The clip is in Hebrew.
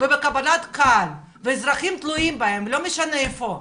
ובקבלת קהל ואזרחים תלויים בהם, לא משנה איפה,